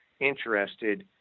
interested